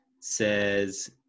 says –